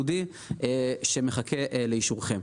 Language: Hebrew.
חשוב שתדעו שזה חוק ייחודי שמחכה לאישורכם.